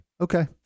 Okay